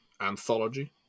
anthology